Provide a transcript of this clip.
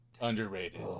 underrated